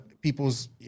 people's